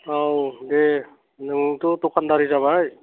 औ दे नोंबोथ' दखानदारि जाबाय